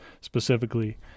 specifically